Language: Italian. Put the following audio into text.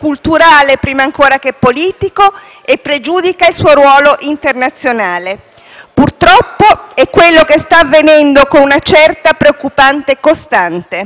è quello che sta avvenendo con una certa e preoccupante costanza. Non c'è una strategia, ma non si naviga neanche a vista. Continuate a parlare di un'Unione